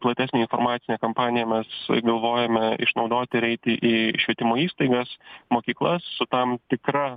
platesnė informacinė kampanija mes galvojome išnaudoti ir eiti į švietimo įstaigas mokyklas su tam tikra